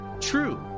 true